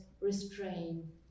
restrain